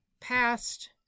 past